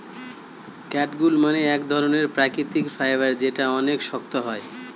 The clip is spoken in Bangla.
ক্যাটগুট মানে এক ধরনের প্রাকৃতিক ফাইবার যেটা অনেক শক্ত হয়